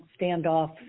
standoff